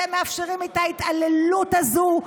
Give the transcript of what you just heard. אתם מאפשרים את ההתעללות הזאת,